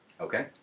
Okay